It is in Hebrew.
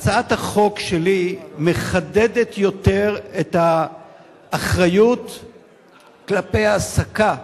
הצעת החוק שלי מחדדת יותר את האחריות כלפי העסקה במוסדות.